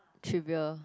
trivial